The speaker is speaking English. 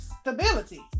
stability